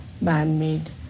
man-made